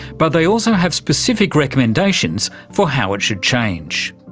but they also have specific recommendations for how it should change.